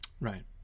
Right